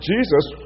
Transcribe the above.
Jesus